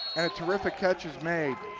and a terrific catch is made.